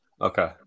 Okay